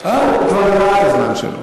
לא על חשבון הזמן שלו.